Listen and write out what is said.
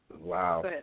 Wow